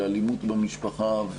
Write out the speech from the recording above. לאלימות במשפחה,